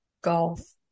golf